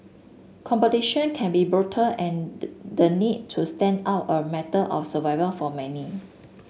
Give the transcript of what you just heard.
competition can be brutal and did the need to stand out a matter of survival for many